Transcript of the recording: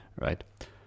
right